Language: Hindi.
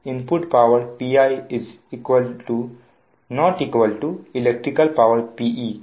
इसलिए input power Pi ≠ electric power Pe के